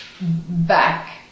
back